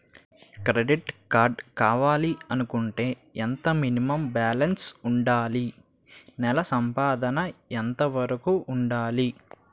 Credit card కావాలి అనుకుంటే ఎంత మినిమం బాలన్స్ వుందాలి? నెల సంపాదన ఎంతవరకు వుండాలి?